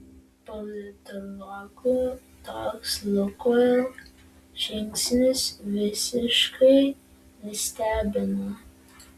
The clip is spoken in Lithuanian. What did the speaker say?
politologų toks lukoil žingsnis visiškai nestebina